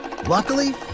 Luckily